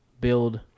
Build